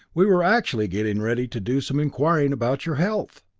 we were actually getting ready to do some inquiring about your health!